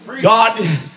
God